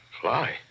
Fly